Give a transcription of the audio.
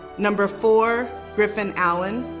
number four, griffin allen.